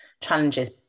challenges